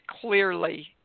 clearly